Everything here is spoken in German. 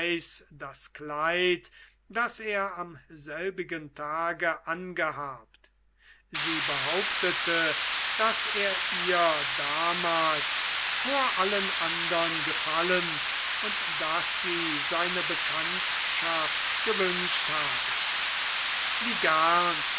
das kleid das er am selbigen tage angehabt sie behauptete daß er ihr da mals vor allen andern gefallen und daß sie seine bekanntschaft gewünscht habe wie gern